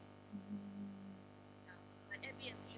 mm